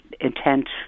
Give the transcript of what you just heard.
intent